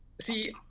See